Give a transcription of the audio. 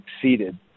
succeeded